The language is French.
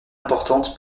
importante